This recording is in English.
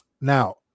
Now